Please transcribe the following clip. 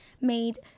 made